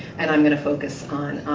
and i'm gonna focus on,